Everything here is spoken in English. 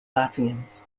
latvians